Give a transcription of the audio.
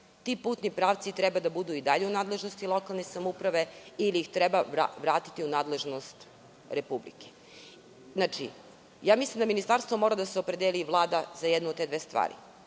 ti putni pravci treba da budu i dalje u nadležnosti lokalne samouprave ili ih treba vratiti u nadležnost Republike? Mislim da ministarstvo mora da se opredeli i Vlada za jednu od te dve stvari.